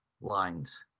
Lines